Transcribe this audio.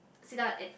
sit down and